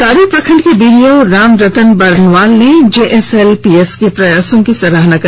दारू प्रखंड के बीडीओ राम रतन बरनवाल ने जेएसएलपीएस के प्रयासों की सराहना की